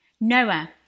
Noah